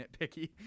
nitpicky